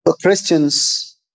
Christians